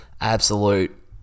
absolute